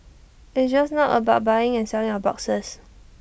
it's just not about buying and selling of boxes